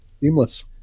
Seamless